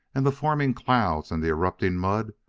and the forming clouds and the erupting mud,